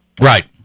Right